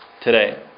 today